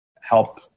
help